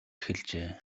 эхэлжээ